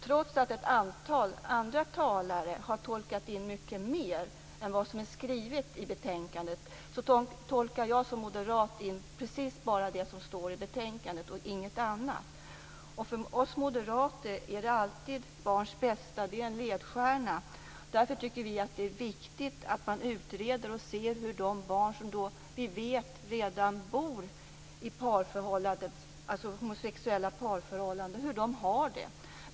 Trots att ett antal andra talare har tolkat in mycket mer än vad som är skrivet i betänkandet, tolkar jag som moderat in precis bara det som står i betänkandet och inget annat. För oss moderater är barns bästa alltid en ledstjärna. Därför tycker vi att det är viktigt att man utreder hur de barn som vi vet redan bor i homosexuella parförhållanden har det.